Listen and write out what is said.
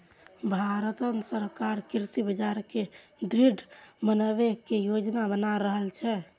भांरत सरकार कृषि बाजार कें दृढ़ बनबै के योजना बना रहल छै